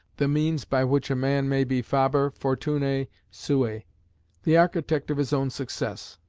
the means by which a man may be faber fortunae suae the architect of his own success